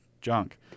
junk